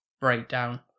breakdown